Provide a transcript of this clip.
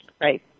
Right